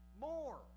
more